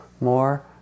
more